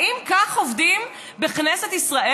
האם כך עובדים בכנסת ישראל?